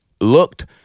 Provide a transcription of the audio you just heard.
looked